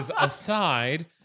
aside